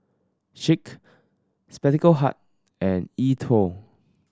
Schick Spectacle Hut and E Twow